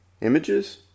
images